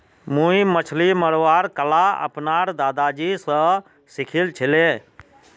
मुई मछली मरवार कला अपनार दादाजी स सीखिल छिले